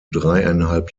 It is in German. dreieinhalb